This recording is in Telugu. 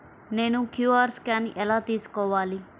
నేను క్యూ.అర్ స్కాన్ ఎలా తీసుకోవాలి?